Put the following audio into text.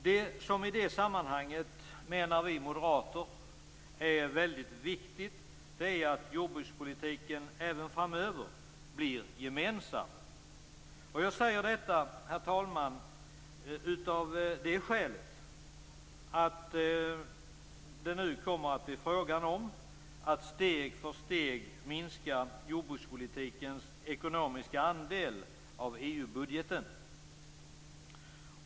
Vad som i det sammanhanget, menar vi moderater, är väldigt viktigt är att jordbrukspolitiken även framöver blir gemensam. Jag säger detta, herr talman, av det skälet att det nu kommer att bli fråga om att steg för steg minska jordbrukspolitikens ekonomiska andel av EU-budgeten.